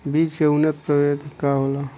बीज के उन्नत प्रभेद का होला?